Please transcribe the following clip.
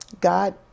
God